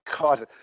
God